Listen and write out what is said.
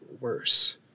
worse